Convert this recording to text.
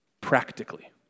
Practically